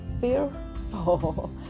fearful